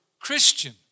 Christian